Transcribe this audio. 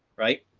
right.